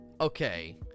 okay